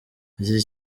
iki